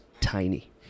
tiny